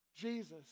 Jesus